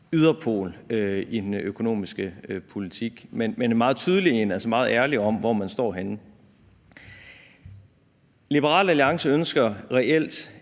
yderpol i den økonomiske politik, men en meget tydelig en. Altså, man er meget ærlig om, hvor man står henne. Liberal Alliance ønsker reelt